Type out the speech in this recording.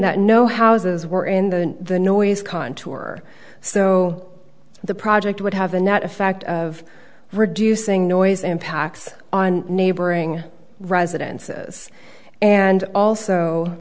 that no houses were in the the noise contour so the project would have a net effect of reducing noise impacts on neighboring residences and also